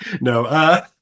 No